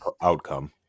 outcome